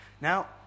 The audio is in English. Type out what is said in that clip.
Now